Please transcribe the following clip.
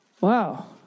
Wow